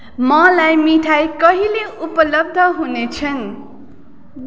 मलाई मिठाई कहिले उपलब्ध हुने छन्